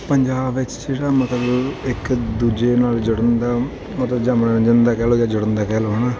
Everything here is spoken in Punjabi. ਪੰਜਾਬ ਵਿੱਚ ਜਿਹੜਾ ਮਤਲਬ ਇੱਕ ਦੂਜੇ ਨਾਲ ਜੁੜਨ ਦਾ ਮਤਲਬ ਜਾਂ ਮਨੋਰੰਜਨ ਦਾ ਕਹਿ ਲਉ ਜਾਂ ਜੁੜਨ ਦਾ ਕਹਿ ਲਉ ਹੈ ਨਾ